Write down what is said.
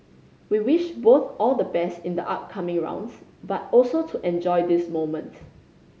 we wish both all the best in the upcoming rounds but also to enjoy this moment